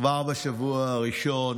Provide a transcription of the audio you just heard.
כבר בשבוע הראשון